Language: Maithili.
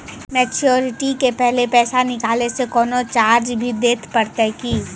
मैच्योरिटी के पहले पैसा निकालै से कोनो चार्ज भी देत परतै की?